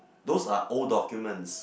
those are old documents